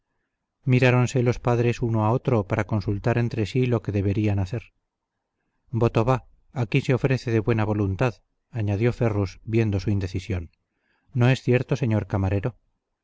la palabra miráronse los padres uno a otro para consultar entre sí lo que deberían hacer voto va aquí se ofrece de buena voluntad añadió ferrus viendo su indecisión no es cierto señor camarero